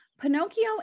Pinocchio